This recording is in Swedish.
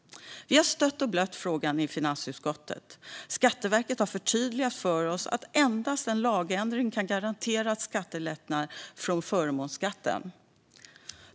Vi har stött och blött frågan i finansutskottet. Skatteverket har förtydligat för oss att endast en lagändring kan garantera lättnader när det gäller förmånsskatten.